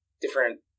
different